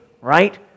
right